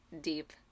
deep